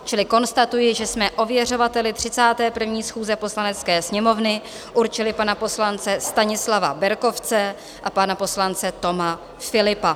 Čili konstatuji, že jsme ověřovateli 31. schůze Poslanecké sněmovny určili pana poslance Stanislava Berkovce a pana poslance Toma Philippa.